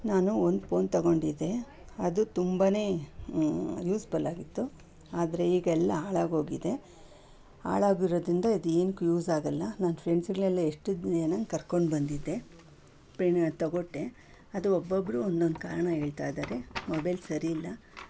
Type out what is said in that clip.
ನಾನು ಒಂದು ಪೋನ್ ತೊಗೊಂಡಿದ್ದೆ ಅದು ತುಂಬನೇ ಯೂಸ್ಪುಲ್ಲಾಗಿತ್ತು ಆದರೆ ಈಗೆಲ್ಲ ಹಾಳಾಗೋಗಿದೆ ಹಾಳಾಗಿರೋದರಿಂದ ಇದು ಏತಕ್ಕೂ ಯೂಸಾಗಲ್ಲ ನನ್ನ ಫ್ರೆಂಡ್ಸ್ಗಳೆಲ್ಲ ಎಷ್ಟು ಜನನ ಕರ್ಕೊಂಡ್ಬಂದಿದ್ದೆ ಏನು ಅದು ತಗೊಟ್ಟೆ ಅದು ಒಬ್ಬೊಬ್ಬರು ಒಂದೊಂದು ಕಾರಣ ಹೇಳ್ತಾಯಿದ್ದಾರೆ ಮೊಬೈಲ್ ಸರಿ ಇಲ್ಲ